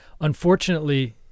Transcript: Unfortunately